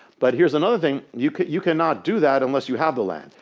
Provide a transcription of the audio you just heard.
but here's another thing, you you cannot do that unless you have the land.